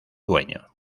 dueño